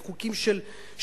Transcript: זה חוקים של עוול,